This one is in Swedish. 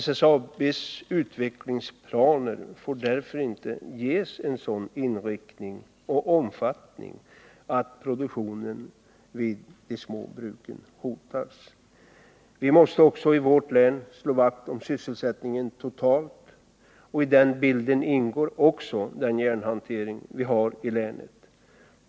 SSAB:s utvecklingsplaner får därför inte ges en sådan inriktning och omfattning att produktionen vid de små bruken hotas. Vi måste också i vårt län slå vakt om sysselsättningen totalt. I den bilden ingår även den järnhantering vi har i länet.